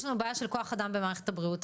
יש לנו בעיה של כוח אדם במערכת הבריאות.